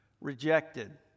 rejected